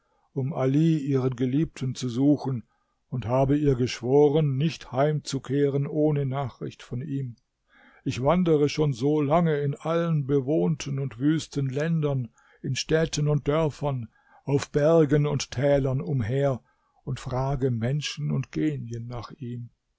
um ali ihren geliebten zu suchen und habe ihr geschworen nicht heimzukehren ohne nachricht von ihm ich wandere schon so lange in allen bewohnten und wüsten ländern in städten und dörfern auf bergen und tälern umher und frage menschen und genien nach ihm